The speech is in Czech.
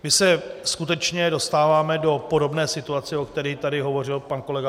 My se skutečně dostáváme do podobné situace, o které tady hovořil pan kolega